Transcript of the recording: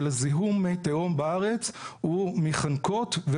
של זיהום מי תהום בארץ הוא מחנקות,